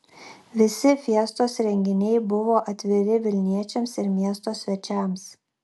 visi fiestos renginiai buvo atviri vilniečiams ir miesto svečiams